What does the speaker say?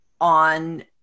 on